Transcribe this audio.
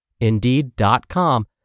Indeed.com